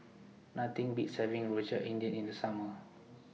Nothing Beats having Rojak India in The Summer